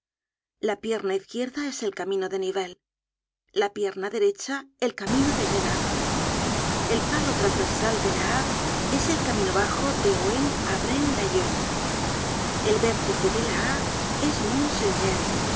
la pierna izquierda es el camino de nivelles la pierna derecha el camino de genappe el palo trasversal de la a es el camino bajo de ohain á braine l'alleud el vértice de la